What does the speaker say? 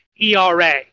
ERA